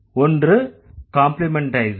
ஒன்று காம்ப்ளிமண்டைசர்